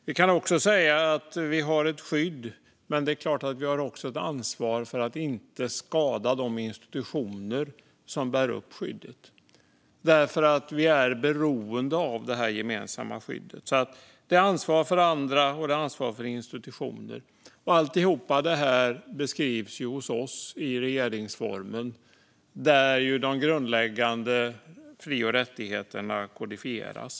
Vi kan också säga: Vi har ett skydd, men vi har också ett ansvar för att inte skada de institutioner som bär upp skyddet, för vi är beroende av detta gemensamma skydd. Det är alltså ansvar för andra, och det är ansvar för institutioner. Allt detta beskrivs hos oss i regeringsformen där de grundläggande fri och rättigheterna kodifieras.